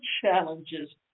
challenges